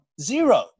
zero